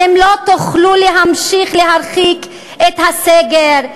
אתם לא תוכלו להמשיך להרחיק את הסגר,